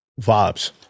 vibes